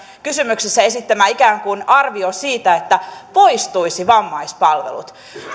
kysymyksessä esittämä ikään kuin arvio siitä että poistuisivat vammaispalvelut